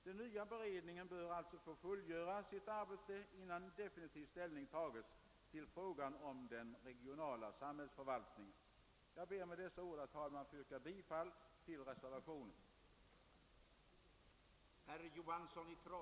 Den nya beredningen bör alltså få fullgöra sitt arbete innan definitiv ställning tages till frågan om den regionala samhällsförvaltningen. Jag ber med dessa ord, herr talman, att får yrka bifall till reservationen 1 vid konstitutionsutskottets utlåtande nr 34.